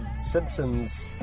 Simpsons